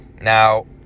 Now